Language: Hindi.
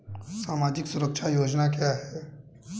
सामाजिक सुरक्षा योजना क्या है?